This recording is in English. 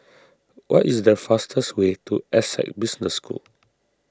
what is the fastest way to Essec Business School